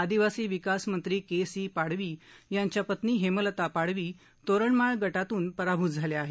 आदिवासी विकास मंत्री के सी पाडवी यांच्या पत्नी हेमलता पाडवी तोरणमाळ गटातून पराभूत झाल्या आहेत